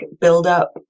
buildup